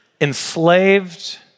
enslaved